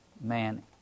man